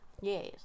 Yes